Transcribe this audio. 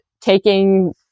taking